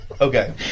Okay